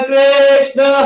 Krishna